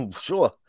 Sure